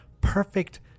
perfect